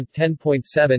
10.7